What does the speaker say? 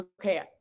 okay